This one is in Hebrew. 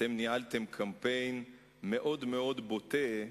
אתם ניהלתם קמפיין מאוד מאוד בוטה,